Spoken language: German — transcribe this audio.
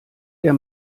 der